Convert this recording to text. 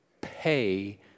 pay